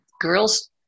girls